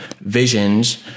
visions